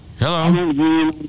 Hello